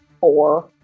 four